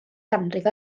ganrif